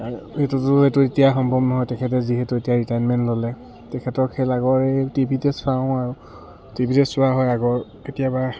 আৰু সেইটোতো সেইটো এতিয়া সম্ভৱ নহয় তেখেতে যিহেতু এতিয়া ৰিটায়াৰমেণ্ট ল'লে তেখেতৰ খেল আগৰ এই টিভিতে চাওঁ আৰু টিভিতে চোৱা হয় আগৰ কেতিয়াবা